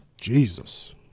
Jesus